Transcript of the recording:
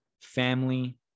family